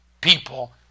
People